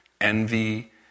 envy